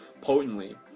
potently